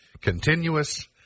continuous